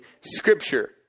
scripture